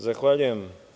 Zahvaljujem.